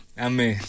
Amen